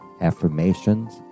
affirmations